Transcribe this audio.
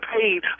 paid